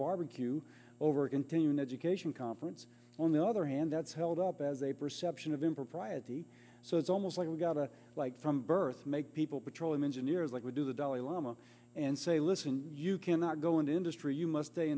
barbecue over a continuing education conference on the other hand that's held up as a perception of impropriety so it's almost like we've got a like from birth make people petroleum engineers like we do the dalai lama and say listen you cannot go into industry you must stay